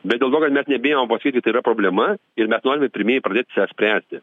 bet dėl to kad mes nebijom pasakyt kad tai yra problema ir mes norime pirmieji pradėt ją spręsti